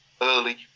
early